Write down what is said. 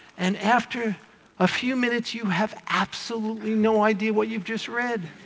and after a few minutes, you have absolutely no idea what you've just read?